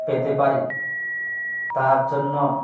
পেতে পারি তাহার জন্য